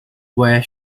where